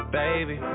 baby